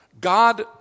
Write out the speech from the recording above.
God